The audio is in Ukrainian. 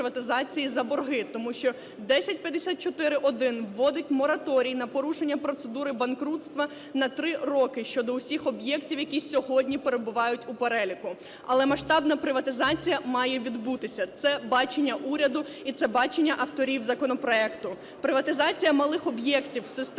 Приватизація малих об'єктів у системі